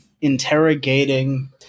interrogating